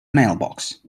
mailbox